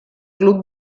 club